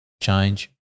change